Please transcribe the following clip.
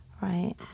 Right